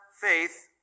faith